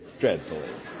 dreadfully